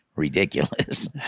Ridiculous